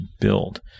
build